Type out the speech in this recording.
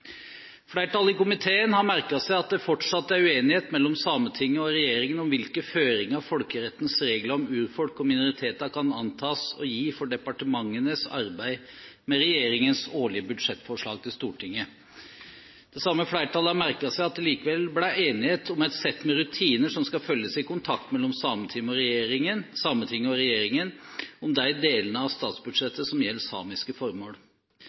Flertallet i komiteen har merket seg at det fortsatt er uenighet mellom Sametinget og regjeringen om hvilke føringer folkerettens regler om urfolk og minoriteter kan antas å gi for departementenes arbeid med regjeringens årlige budsjettforslag til Stortinget. Det samme flertallet har merket seg at det likevel ble enighet om et sett med rutiner som skal følges i kontakt mellom Sametinget og regjeringen om de delene av statsbudsjettet som gjelder samiske formål.